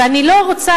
ואני לא רוצה,